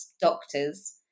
doctors